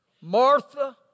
Martha